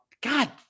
God